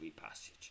passage